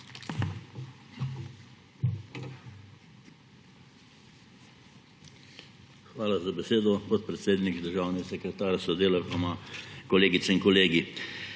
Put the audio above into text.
Hvala za besedo, podpredsednik. Državni sekretar s sodelavkama, kolegice in kolegi!